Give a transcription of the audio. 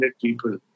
people